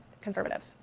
conservative